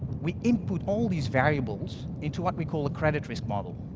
we input all these variables into what we call a credit risk model.